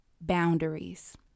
boundaries